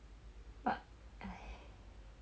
ah